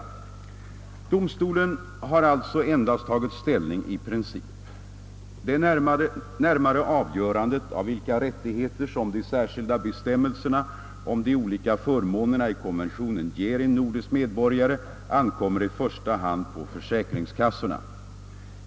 Domstolen har alltså endast tagit ställning i princip. Det närmare avgörandet av vilka rättigheter som de särskilda bestämmelserna om de olika förmånerna i konventionen ger en nordisk medborgare ankommer i första hand på försäkringskassorna.